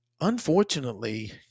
Unfortunately